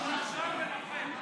שקרן ונוכל.